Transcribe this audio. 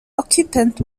occupant